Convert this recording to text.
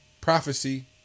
Prophecy